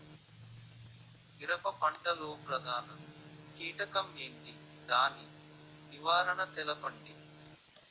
మిరప పంట లో ప్రధాన కీటకం ఏంటి? దాని నివారణ తెలపండి?